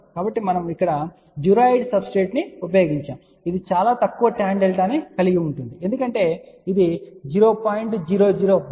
కాబట్టి మనము ఇక్కడ డ్యూరాయిడ్ సబ్స్ట్రేట్ను ఉపయోగించాము ఇది చాలా తక్కువ టాన్ డెల్టాను కలిగి ఉంది ఎందుకంటే ఇది 0